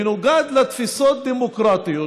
מנוגד לתפיסות דמוקרטיות,